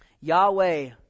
Yahweh